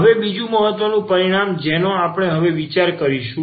હવે બીજું મહત્વનું પરિણામ જેનો આપણે હવે વિચારણા કરીશું